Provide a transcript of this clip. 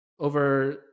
over